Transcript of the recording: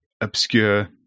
obscure